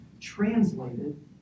translated